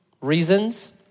reasons